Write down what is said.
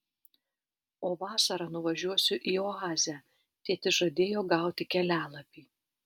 o vasarą nuvažiuosiu į oazę tėtis žadėjo gauti kelialapį